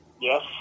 Yes